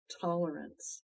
tolerance